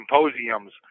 symposiums